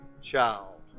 child